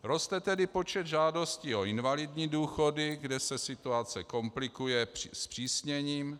Roste tedy počet žádostí o invalidní důchody, kde se situace komplikuje zpřísněním.